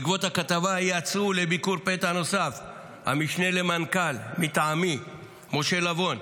בעקבות הכתבה יצאו לביקור פתע נוסף מטעמי המשנה למנכ"ל משה לבון,